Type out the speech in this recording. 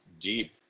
deep